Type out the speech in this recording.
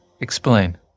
Explain